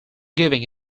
giving